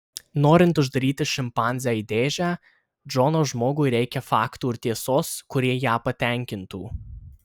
norint uždaryti šimpanzę į dėžę džono žmogui reikia faktų ir tiesos kurie ją patenkintų